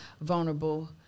vulnerable